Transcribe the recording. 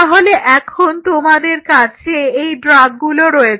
তাহলে এখন তোমাদের কাছে এই ড্রাগগুলো রয়েছে